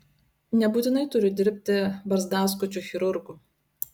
nebūtinai turiu dirbti barzdaskučiu chirurgu